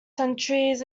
centuries